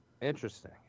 Interesting